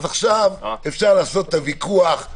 אז עכשיו אפשר לעשות את הוויכוח,